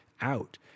out